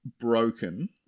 broken